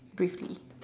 briefly